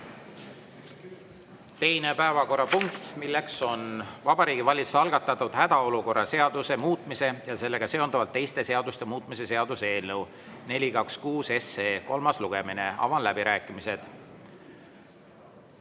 Teine päevakorrapunkt, mis on Vabariigi Valitsuse algatatud hädaolukorra seaduse muutmise ja sellega seonduvalt teiste seaduste muutmise seaduse eelnõu 426 kolmas lugemine. Avan läbirääkimised.